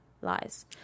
Lies